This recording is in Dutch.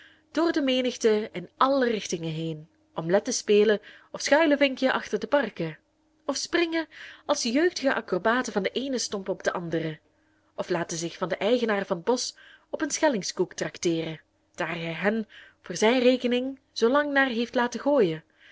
door de menigte in alle richtingen heen om let te spelen of schuilevinkje achter de parken of springen als jeugdige acrobaten van de eene stomp op de andere of laten zich van den eigenaar van t bosch op een schellingskoek tracteeren daar hij hen voor zijn rekening zoolang naar heeft laten gooien